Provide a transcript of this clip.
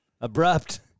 Abrupt